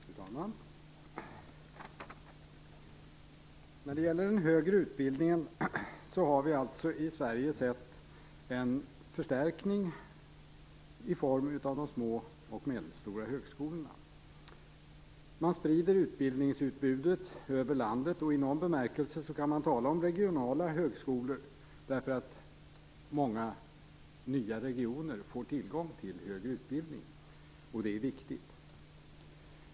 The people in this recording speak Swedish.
Fru talman! När det gäller den högre utbildningen har vi i Sverige sett en förstärkning i form av de små och medelstora högskolorna. Man sprider utbildningsutbudet över landet, och i någon bemärkelse kan man tala om regionala högskolor, därför att många nya regioner får tillgång till högre utbildning, och det är viktigt.